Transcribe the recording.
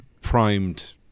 primed